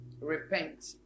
Repent